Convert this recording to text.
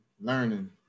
learning